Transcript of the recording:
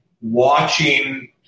watching